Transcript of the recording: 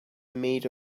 made